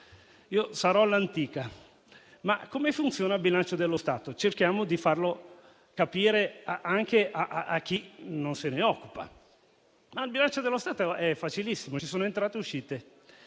io sarò all'antica, ma come funziona il bilancio dello Stato? Cerchiamo di farlo capire anche a chi non se ne occupa. Il bilancio dello Stato è facilissimo: ci sono entrate e uscite.